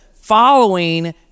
following